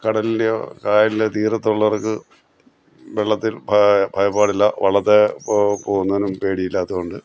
കടലിന്റെയൊ കായലിന്റെയൊ തീരത്തുള്ളവർക്ക് വെള്ളത്തിൽ ഭ ഭയപ്പാടില്ല വള്ളത്തെ പോ പോകുന്നതിനും പേടിയില്ലാത്തതുകൊണ്ട്